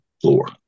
floor